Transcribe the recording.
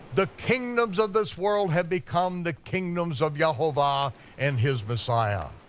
the kingdoms of this world have become the kingdoms of yehovah and his messiah.